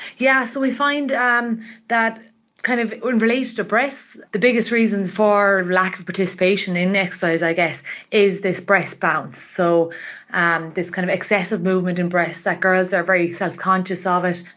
yeah, so we find um that kind of relates to breasts. the biggest reasons for lack of participation in exercise i guess is this breast bounce. so and this kind of excessive movement in breasts that girls are very self conscious ah of it.